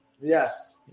Yes